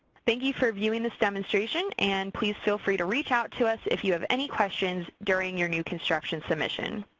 thank you for viewing this demonstration and please feel free to reach out to us if you have any questions during your new construction submission.